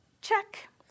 Check